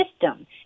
system